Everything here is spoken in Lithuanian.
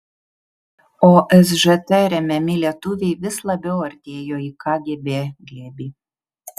o sžt remiami lietuviai vis labiau artėjo į kgb glėbį